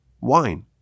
wine